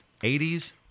80s